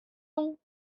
lösung